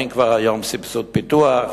כבר אין היום סבסוד פיתוח,